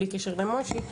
בלי קשר למויישי,